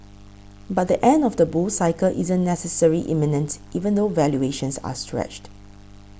but the end of the bull cycle isn't necessarily imminent even though valuations are stretched